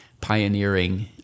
pioneering